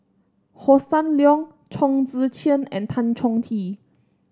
Hossan Leong Chong Tze Chien and Tan Chong Tee